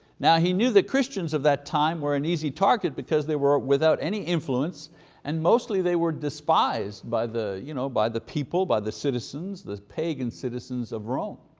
now, he knew that christians of that time were an easy target because they were without any influence and mostly they were despised by the you know by the people, by the citizens, the pagan citizens of rome.